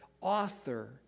author